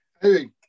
Hey